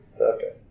Okay